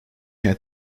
had